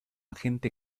agente